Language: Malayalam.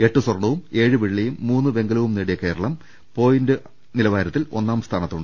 എട്ട് സ്വർണവും ഏഴ് വെള്ളിയും മൂന്ന് വെങ്കലവും നേടിയ കേരളം പോയിന്റ് നിലവാരത്തിൽ ഒന്നാംസ്ഥാനത്താണ്